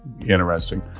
interesting